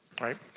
right